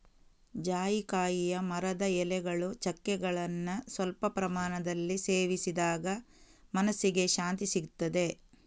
ಜಾಯಿಕಾಯಿಯ ಮರದ ಎಲೆಗಳು, ಚಕ್ಕೆಗಳನ್ನ ಸ್ವಲ್ಪ ಪ್ರಮಾಣದಲ್ಲಿ ಸೇವಿಸಿದಾಗ ಮನಸ್ಸಿಗೆ ಶಾಂತಿಸಿಗ್ತದೆ